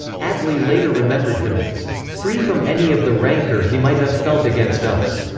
attlee later remembered him as free from any of the rancour he might have felt against us.